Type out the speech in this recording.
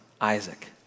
Isaac